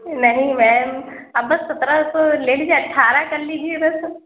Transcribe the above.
نہیں میم آپ بس سترہ سو لے لیجیے اٹھارہ کر لیجیے بس